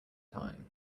time